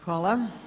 Hvala.